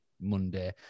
Monday